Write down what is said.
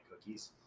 cookies